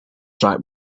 track